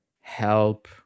help